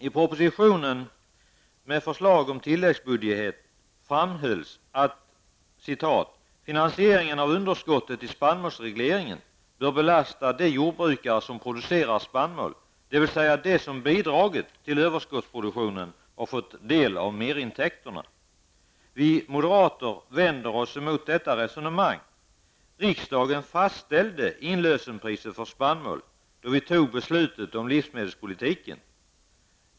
I propositionen, med förslag om tilläggsbudget, framhölls att ''finansieringen av underskottet i spannmålsregleringen bör belasta de jordbrukare som producerar spannmål, dvs. som bidragit till överskottsproduktionen och fått del av merintäkterna.'' Vi moderater vänder oss mot detta resonemang. Riksdagen fastställde inlösenpriset för spannmål då vi tog beslutet om livsmedelspolitiken.